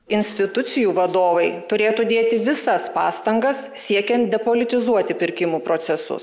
institucijų vadovai turėtų dėti visas pastangas siekiant depolitizuoti pirkimų procesus